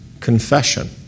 confession